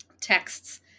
texts